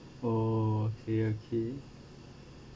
oh okay okay